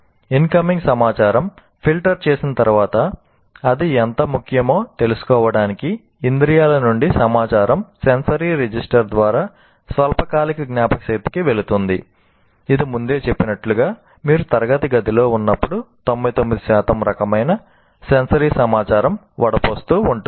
incoming సమాచారం filter చేసిన తర్వాత అది ఎంత ముఖ్యమో తెలుసుకోవడానికి ఇంద్రియాల నుండి సమాచారం సెన్సరీ రిజిస్టర్ సమాచారం వడపోస్తూ ఉంటుంది